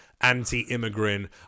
anti-immigrant